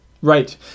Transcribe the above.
Right